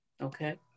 Okay